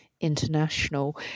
international